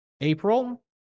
April